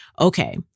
Okay